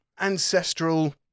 ancestral